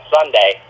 Sunday